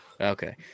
Okay